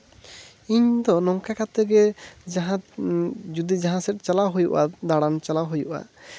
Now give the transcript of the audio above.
ᱤᱧ ᱫᱚ ᱱᱚᱝᱠᱟ ᱠᱟᱛᱮᱫ ᱜᱮ ᱡᱟᱦᱟᱸ ᱡᱩᱫᱤ ᱡᱟᱦᱟᱸ ᱥᱮᱫ ᱪᱟᱞᱟᱣ ᱦᱩᱭᱩᱜᱼᱟ ᱫᱟᱬᱟᱱ ᱪᱟᱞᱟᱣ ᱦᱩᱭᱩᱜᱼᱟ